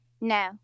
No